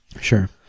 Sure